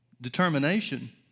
determination